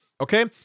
Okay